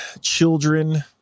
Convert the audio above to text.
children